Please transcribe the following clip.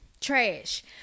trash